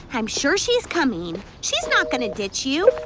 i'm sure she's coming. she's not gonna ditch you.